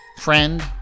Friend